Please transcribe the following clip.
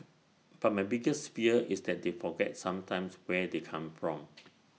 but my bigger fear is that they forget sometimes where they come from